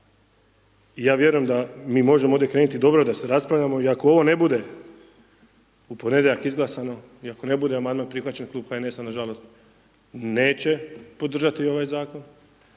Ja vjerujem da mi možemo ovdje krenuti dobro, da se raspravljamo i ako ovo ne bude u ponedjeljak izglasano i ako ne bude amandman prihvaćen, Klub HNS-a nažalost neće podržati ovaj Zakon,